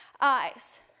eyes